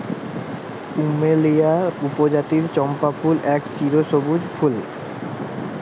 plumeria পরজাতির চম্পা ফুল এক চিরসব্যুজ ফুল